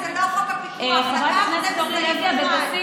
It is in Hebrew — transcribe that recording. אל תבלבלי את הקהל,